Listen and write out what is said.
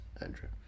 Andrew